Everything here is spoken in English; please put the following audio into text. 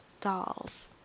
dolls